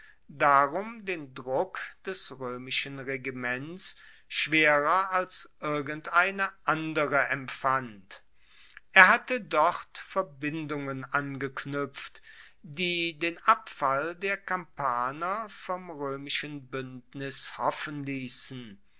darum den druck des roemischen regiments schwerer als irgendeine andere empfand er hatte dort verbindungen angeknuepft die den abfall der kampaner vom roemischen buendnis hoffen liessen